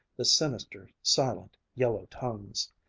the sinister, silent, yellow tongues.